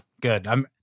Good